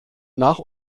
nach